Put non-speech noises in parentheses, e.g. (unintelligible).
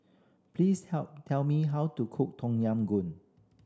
please (unintelligible) tell me how to cook Tom Yam Goong